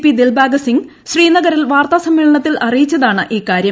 P Dilbag Singh ശ്രീനഗറിൽ വാർത്താ സമ്മേളനത്തിൽ അറിയിച്ചതാണ് ഇക്കാര്യം